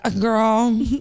girl